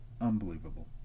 Unbelievable